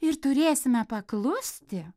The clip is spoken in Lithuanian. ir turėsime paklusti